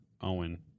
Owen